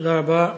תודה רבה.